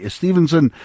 Stevenson